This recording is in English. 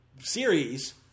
series